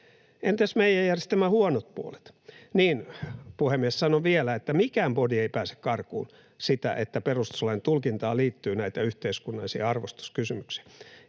yhteiskunnallisia arvostuskysymyksiä. Puhemies! Sanon vielä, että mikään bodi ei pääse karkuun sitä, että perustuslain tulkintaan liittyy näitä yhteiskunnallisia arvostuskysymyksiä,